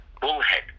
Bullhead